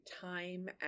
time